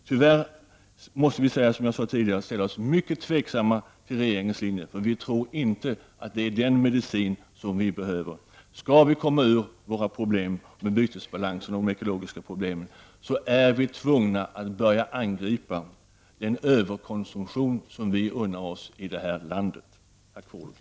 Tyvärr måste vi säga att vi, som jag sade tidigare, är mycket tveksamma till regeringens linje. Vi tror inte att det är den medicin som vi behöver. Om vi skall komma ur våra problem med bytesbalans och ekologiska problem är vi tvungna att börja angripa den överkonsumtion som vi unnar oss i det här landet. Tack för ordet!